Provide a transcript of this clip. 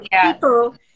People